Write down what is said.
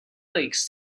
lakes